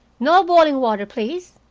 no boiling water, please.